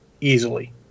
Easily